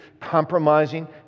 compromising